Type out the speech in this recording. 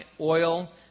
oil